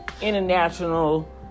international